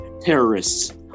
Terrorists